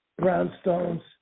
brownstones